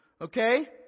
okay